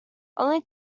only